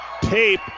tape